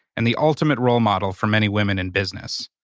and the ultimate role model for many women in business.